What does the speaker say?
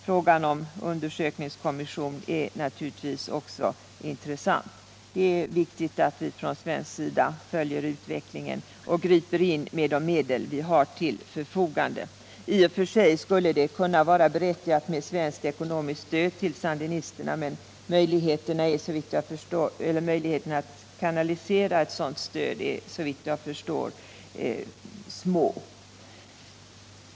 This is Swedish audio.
Frågan om en undersökningskommission är naturligtvis också intressant. Det är viktigt att vi från svenskt håll följer utvecklingen och griper in med de medel vi har till förfogande. I och för sig skulle det kunna vara berättigat med ett svenskt ekonomiskt stöd till sandinisterna, men möjligheterna att kanalisera ett sådant stöd är såvitt jag förstår små.